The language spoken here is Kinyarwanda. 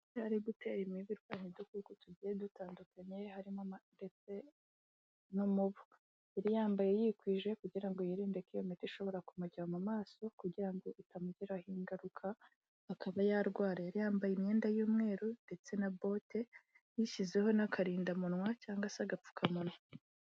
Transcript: ri gutera imibirirwanya udukoko tugiye dutandukanye he harimo ndetse nomubu yari yambaye yikwije kugira ngo yirinde ko iyo miti ishobora kumujyana amaso kugira ngo itamugiraho ingaruka akaba yarwara yari yambaye imyenda y'umweru ndetse na bote yishyizeho n'akarindamuwa cyangwa se agapfukamunwa